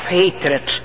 hatred